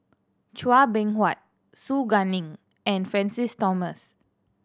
Chua Beng Huat Su Guaning and Francis Thomas